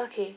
okay